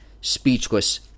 speechless